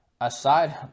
Aside